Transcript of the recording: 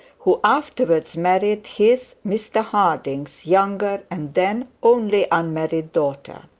who afterwards married his, mr harding's, younger and then only unmarried daughter.